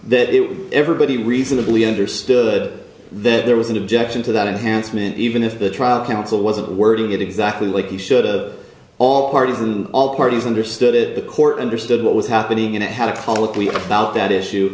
that it was everybody reasonably understood that there was an objection to that enhancement even if the trial counsel wasn't wording it exactly like he should a all part of the all parties understood it the court understood what was happening and it had a colloquy about that issue